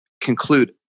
conclude